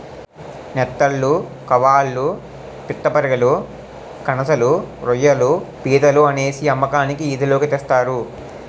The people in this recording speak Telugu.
నెత్తళ్లు కవాళ్ళు పిత్తపరిగెలు కనసలు రోయ్యిలు పీతలు అనేసి అమ్మకానికి ఈది లోకి తెస్తారు